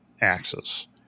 axis